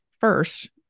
first